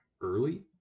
early